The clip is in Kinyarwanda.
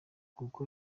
nguko